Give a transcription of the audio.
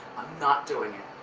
not doing it.